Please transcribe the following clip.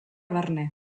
barne